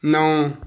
ਨੌ